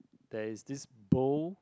there is this bowl